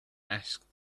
asked